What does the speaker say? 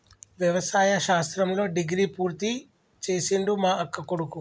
వ్యవసాయ శాస్త్రంలో డిగ్రీ పూర్తి చేసిండు మా అక్కకొడుకు